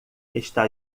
está